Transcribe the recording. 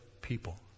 people